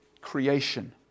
creation